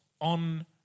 on